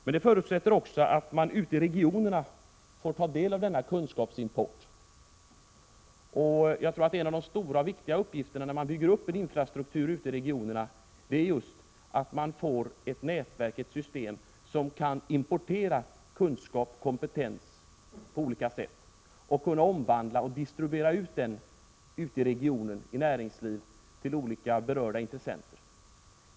Men det förutsätter också att man ute i regionerna får tillgång till denna kunskapsimport. Jag tror att en av de stora och viktiga uppgifterna när man bygger upp en infrastruktur ute i regionerna är just att skapa ett nätverk, ett system som innebär att man kan importera kunskap och kompetens på olika sätt och omvandla och distribuera kunskapen i regionen och dess näringsliv, till olika berörda intressenter.